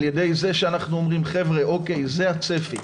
על ידי זה שאנחנו אומרים 'חבר'ה, או.קיי, זה הצפי.